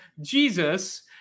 Jesus